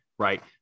Right